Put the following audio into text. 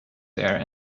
there